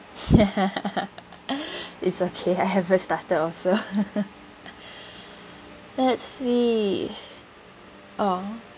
it's okay I haven't started also let's see oh